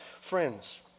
friends